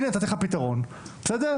הנה, נתתי לך פתרון, בסדר?